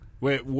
Wait